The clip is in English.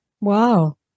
Wow